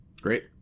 Great